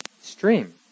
stream